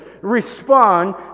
respond